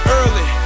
early